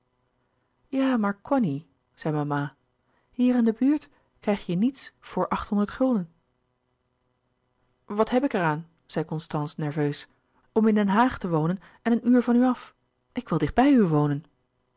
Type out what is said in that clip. ja maar cony zei mama hier in de buurt krijg je niets voor achthonderd gulden wat heb ik er aan zei constance nerveus om in den haag te wonen en een uur van u af ik wil dicht bij u wonen